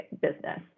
business